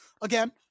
Again